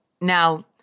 Now